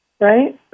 Right